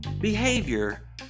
behavior